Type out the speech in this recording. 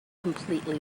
completely